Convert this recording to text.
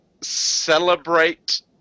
celebrate